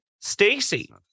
Stacey